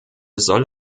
soll